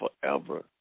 forever